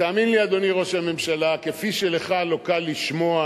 ותאמין לי, אדוני ראש הממשלה, כפי שלך לא קל לשמוע